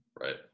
Right